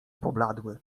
pobladły